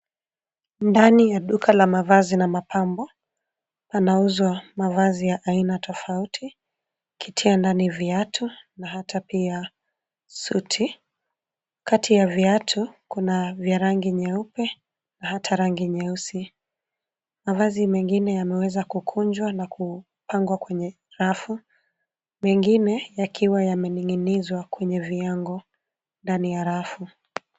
Ndani ya duka la mavazi na mapambo, panauzwa mavazi ya aina tofauti ukitia ndani viatu na hata pia suti. Kati ya viatu kuna vya rangi nyeupe na hata rangi nyeusi. Mavazi mengine yameweza kukunjwa na kupangwa kwenye rafu, mengine yakiwa yamening'nizwa kwenye viango ndani ya rafu.